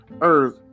earth